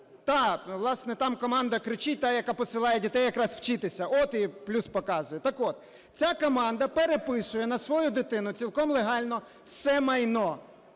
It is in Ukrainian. зараз… Власне, там команда кричить та, яка посилає дітей якраз вчитися. От і плюс показує. Так от, ця команда переписує на свою дитину цілком легально все майно.